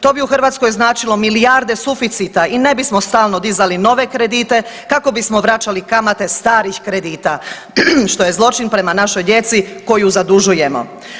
To bi u Hrvatskoj značilo milijarde suficita i ne bismo stalno dizali nove kredite kako bismo vraćali kamate starih kredita, što je zločin prema našoj djeci koju zadužujemo.